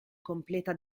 completa